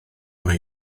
mae